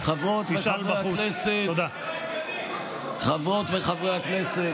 מחר תסלקו את היוע"משית,